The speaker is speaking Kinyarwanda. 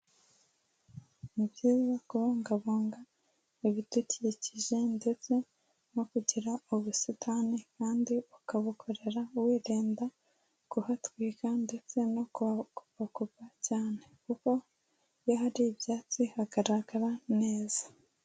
Ni byiza kubungabunga ibidukikije ndetse no kugira ubusitani kandi ukabukorera wirinda kuhatwika ndetse no kuhakupakupa cyane kuko iyo hari ibyatsi hagaragara neza.